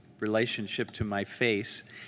relationship to my face.